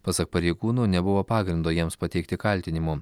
pasak pareigūno nebuvo pagrindo jiems pateikti kaltinimų